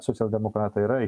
socialdemokratai yra